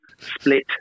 split